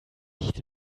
nicht